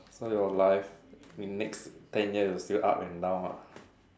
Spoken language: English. so your life in next ten years is still up and down ah